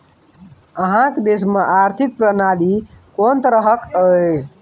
अहाँक देश मे आर्थिक प्रणाली कोन तरहक यै?